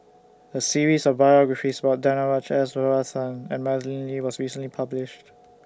A series of biographies about Danaraj S Varathan and Madeleine Lee was recently published